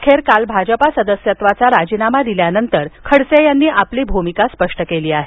अखेर काल भाजपा सदस्यत्वाचा राजीनामा दिल्यानंतर खडसे यांनी आपली भूमिका स्पष्ट केली आहे